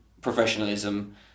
professionalism